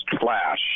flash